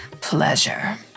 pleasure